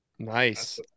nice